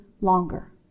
longer